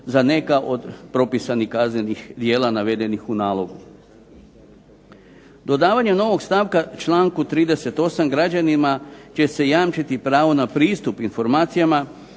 za neka od propisanih kaznenih djela navedenih u nalogu. Dodavanjem novog stavka članku 38. građanima će se jamčiti pravo na pristup informacijama